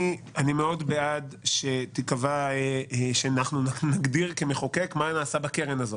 אני מאוד בעד שנגדיר מה נעשה בקרן הזאת,